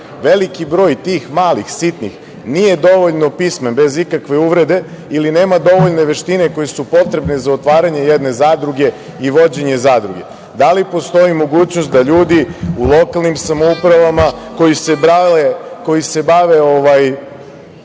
Veliki broj tih malih sitnih nije dovoljno pismen, bez ikakve uvrede, ili nema dovoljne veštine koje su potrebne za otvaranje jedne zadruge i vođenje zadruge. Da li postoji mogućnost da ljudi u lokalnim samoupravama koji se bave